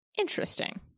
Interesting